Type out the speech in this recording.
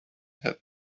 had